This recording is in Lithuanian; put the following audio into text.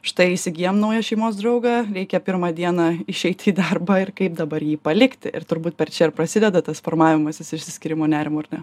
štai įsigijom naują šeimos draugą reikia pirmą dieną išeiti į darbą ir kaip dabar jį palikti ir turbūt per čia ir prasideda tas formavimasis išsiskyrimo nerimo ar ne